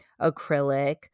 acrylic